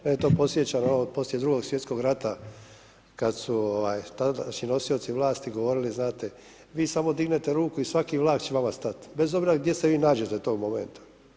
Mene to podsjeća na ono poslije Drugog svjetskog rata kad su tadašnji nosioci vlasti govorili – znate vi samo dignete ruku i svaki vlak će vama stat, bez obzira gdje se vi nađete toga momenta.